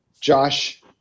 Josh